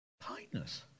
kindness